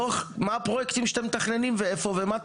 דוח, מה הפרויקטים שאתם מתכננים ואיפה ומה תוסיפו?